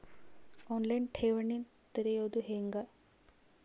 On line ಠೇವಣಿ ತೆರೆಯೋದು ಹೆಂಗ?